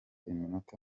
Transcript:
iminota